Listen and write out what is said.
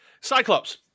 Cyclops